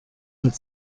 hat